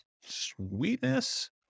Sweetness